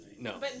No